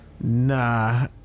nah